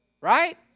Right